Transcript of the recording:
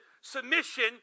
Submission